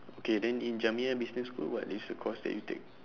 okay then in jamiyah business school what is the course that you take